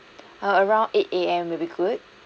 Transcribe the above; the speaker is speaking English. uh around eight A_M would be good